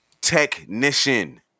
Technician